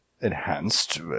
enhanced